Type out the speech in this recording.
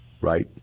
right